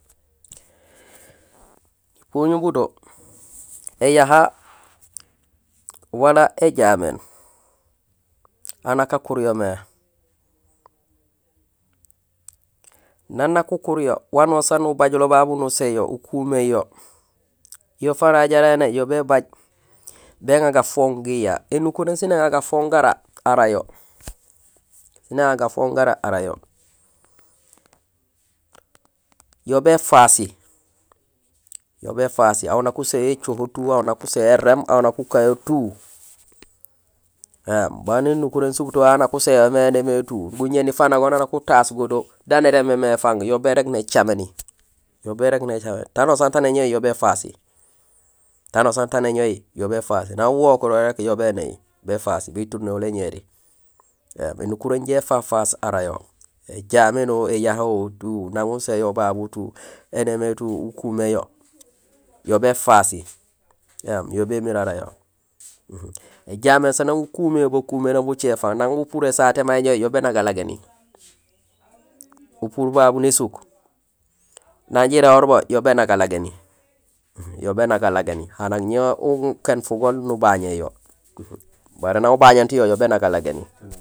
Ēyaha wala éjaméén. ha nak akuur yoomé, nang nak ukuur yo, wanusaan ubajulo babu uséét yo, ukuméén yo, yo fanayo jaraam indé yo bébaaj, biŋaar gafooŋ giya. Ēnukuréén sén éŋaar gafook gara rarayo, sin éŋaar gafooŋ gara arayo. Yo béfasi, yo béfasi, aw nak uséén yo écoho tout, aw nak uséén yo éréém, aw nak ukanyo tout, éém baan énukuréén surtout aw haan nak usinyo mé indé mé tout, guñéni fanago nak utaas go do dana érémé fang, yo bérég nécaméni, yo bérég nécaméni, tanusaan taan éñoyi yo béfasi, tanusaan taan éñowi yo béfasi, nang uwook yo rék yo néhi, béfasi, bé turunéhul éñéri. Ēém énukuréén inja éfafaas arayo, éyaha ho, éjaméén ho, tout, nang uséén yo babutout, éni mémé tout ukumin yo, yo béfasi. Ēém yo bémiir arayo. Ējaméén sa nang ukumin yo bakuméné bucé, nang upuur ésaté ma éñowi yo bénak galagéni, upuur babu nésuuk, nang jiréhoor bo yo bénak galagéni, yo bénak galagéni, hana ñé ukéén fugool nubañéén. Baré nang ubañénut yo, yo bénak élgéni.